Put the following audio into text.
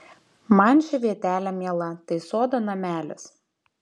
man ši vietelė miela tai sodo namelis